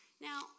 Now